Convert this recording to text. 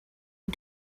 who